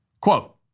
Quote